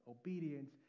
Obedience